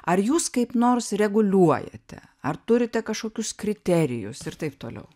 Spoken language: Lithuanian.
ar jūs kaip nors reguliuojate ar turite kažkokius kriterijus ir taip toliau